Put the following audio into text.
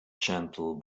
gentle